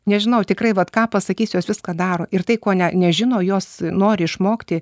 nežinau tikrai vat ką pasakysi jos viską daro ir tai ko ne nežino jos nori išmokti